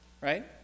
right